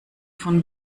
von